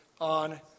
on